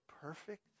perfect